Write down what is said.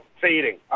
fading